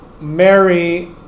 Mary